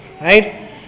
Right